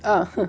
(uh huh)